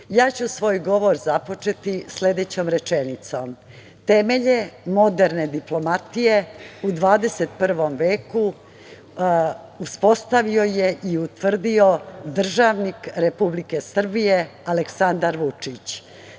ja ću svoj govor započeti sledećom rečenicom: „Temelje moderne diplomatije u 21. veku uspostavio je i utvrdio državnik Republike Srbije Aleksandar